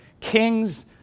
kings